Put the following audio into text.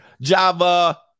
Java